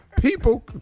people